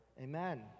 amen